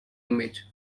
image